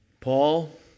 Paul